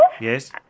yes